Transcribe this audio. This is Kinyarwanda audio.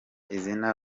izina